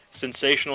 Sensational